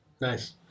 Nice